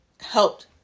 helped